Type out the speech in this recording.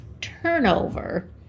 turnover